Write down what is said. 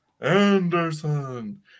Anderson